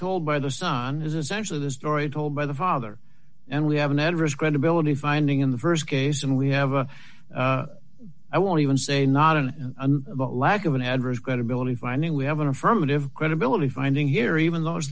told by the sun is essentially the story told by the father and we have an adverse credibility finding in the st case and we have a i want even say not a lack of an adverse credibility finding we have an affirmative credibility finding here even though it's